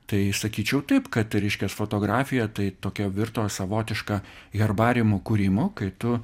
tai sakyčiau taip kat reiškias fotografija tai tokia virto savotiška herbariumų kūrimu kai tu